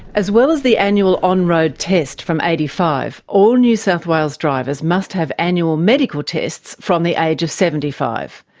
as well as the annual on-road test from eighty five, all new south wales drivers must have annual medical tests from the age of seventy five.